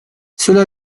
cela